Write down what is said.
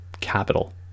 capital